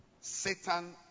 satan